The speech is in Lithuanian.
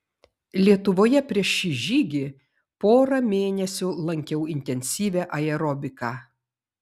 lietuvoje prieš šį žygį porą mėnesių lankiau intensyvią aerobiką